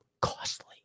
costly